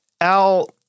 Al